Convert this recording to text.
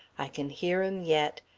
i can hear em yet.